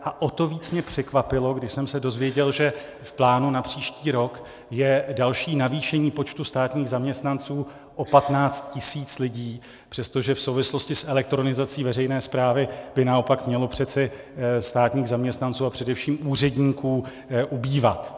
A o to víc mě překvapilo, když jsem se dozvěděl, že v plánu na příští rok je další navýšení počtu státních zaměstnanců o 15 tisíc lidí, přestože v souvislosti s elektronizací veřejné správy by naopak mělo přece státních zaměstnanců a především úředníků ubývat.